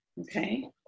okay